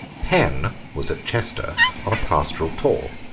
penn was at chester on a pastoral tour.